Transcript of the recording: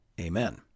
Amen